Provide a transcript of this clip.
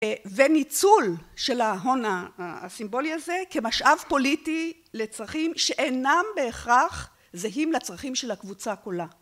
וניצול של ההון הסימבולי הזה כמשאב פוליטי לצרכים שאינם בהכרח זהים לצרכים של הקבוצה כולה.